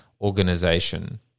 organization